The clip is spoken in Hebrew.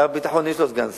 לשר הביטחון יש סגן שר.